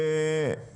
אפשר לעשות בדיקה.